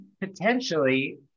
potentially